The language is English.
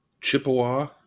Chippewa